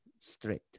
straight